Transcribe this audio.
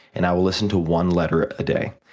and i will listen to one letter a day.